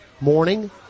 morning